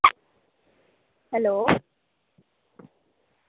hello